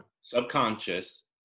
subconscious